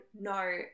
No